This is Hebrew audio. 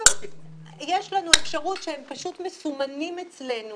יש לנו אפשרות שהם פשוט מסומנים אצלנו